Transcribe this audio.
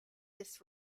this